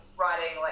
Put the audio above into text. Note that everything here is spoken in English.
writing